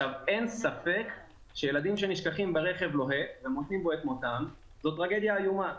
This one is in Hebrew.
אין ספק שילדים שנשכחים ברכב לוהט ומוצאים את מותם זו טרגדיה איומה,